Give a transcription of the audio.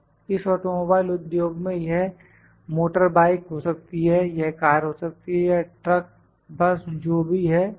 इस ऑटोमोबाइल उद्योग में यह मोटरबाइक हो सकती है यह कार हो सकती है या ट्रक बस जो भी है यह